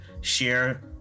share